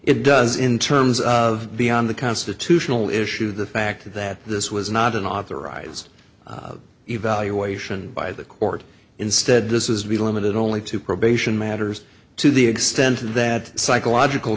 it does in terms of beyond the constitutional issue the fact that this was not an authorized evaluation by the court instead this is really limited only to probation matters to the extent that psychological